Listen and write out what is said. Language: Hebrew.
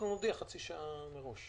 ביקשתי בסיומו של הדיון הקודם,